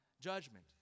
judgment